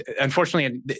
unfortunately